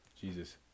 Jesus